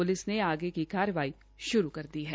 police ने आगे की कार्यवाही श्रू कर दी है